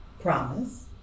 Promise